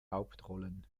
hauptrollen